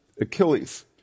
Achilles